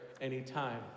anytime